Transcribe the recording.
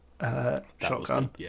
shotgun